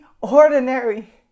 ordinary